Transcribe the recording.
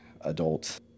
adult